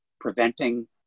preventing